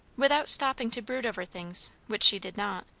without stopping to brood over things, which she did not,